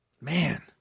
Man